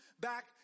back